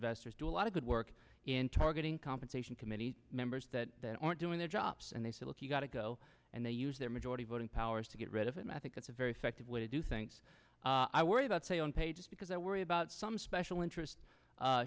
investors do a lot of good work in targeting compensation committee members that aren't doing their jobs and they say look you've got to go and they use their majority voting powers to get rid of him i think that's a very effective way to do things i worry about say on pay just because i worry about some special interest